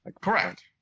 Correct